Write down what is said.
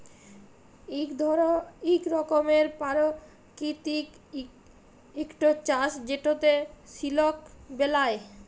ইক রকমের পারকিতিক ইকট চাষ যেটতে সিলক বেলায়